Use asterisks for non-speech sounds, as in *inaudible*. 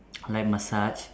*noise* I like massage